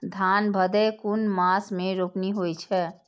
धान भदेय कुन मास में रोपनी होय छै?